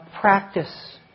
practice